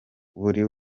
buri